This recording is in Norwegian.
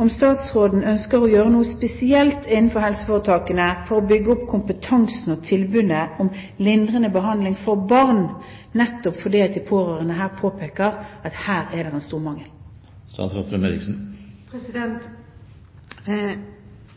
om statsråden ønsker å gjøre noe spesielt innenfor helseforetakene for å bygge opp kompetansen og tilbudene om lindrende behandling for barn, nettopp fordi de pårørende påpeker at her er det en stor mangel.